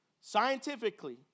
Scientifically